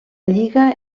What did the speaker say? lliga